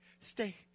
stay